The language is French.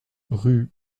rue